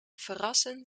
verrassen